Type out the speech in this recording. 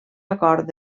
acord